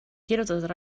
kirjutatud